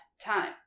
time